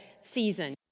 season